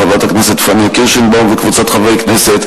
של חברת הכנסת פניה קירשנבאום וקבוצת חברי הכנסת.